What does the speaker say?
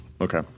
Okay